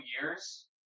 years